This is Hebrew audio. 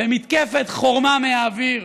במתקפת חורמה מהאוויר.